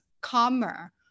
calmer